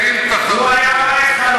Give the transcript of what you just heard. מה תהיה עמדתך, תקשורת, טלוויזיה, תחרותיים?